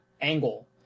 angle